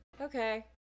Okay